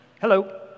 Hello